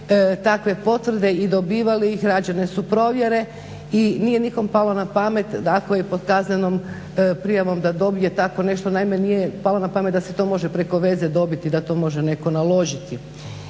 takve potvrde i dobivali ih i rađene su provjere i nije nikom palo na pamet da ako je pod kaznenom prijavom da dobije takvo nešto, naime nije palo na pamet da se to može preko veze dobiti da to netko može naložiti.